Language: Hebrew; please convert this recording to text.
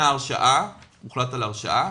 הוחלט על הרשעה